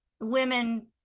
women